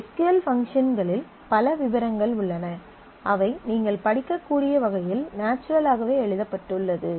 S Q L பங்க்ஷன்களில் பல விவரங்கள் உள்ளன அவை நீங்கள் படிக்கக்கூடிய வகையில் நேச்சுரலாகவே எழுதப்பட்டுள்ளது